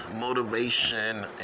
motivation